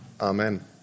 Amen